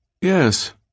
Yes